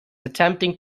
attempting